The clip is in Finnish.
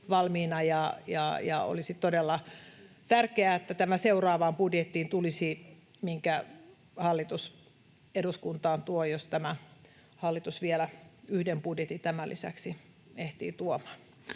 Olisi todella tärkeää, että tämä seuraavaan budjettiin tulisi, minkä hallitus eduskuntaan tuo, jos tämä hallitus vielä yhden budjetin tämän lisäksi ehtii tuomaan.